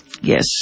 yes